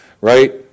Right